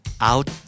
Out